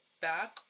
back